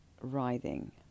writhing